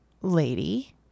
lady